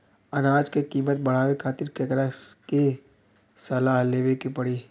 अनाज क कीमत बढ़ावे खातिर केकरा से सलाह लेवे के पड़ी?